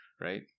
right